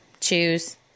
Choose